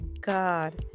God